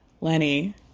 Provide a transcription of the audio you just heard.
Lenny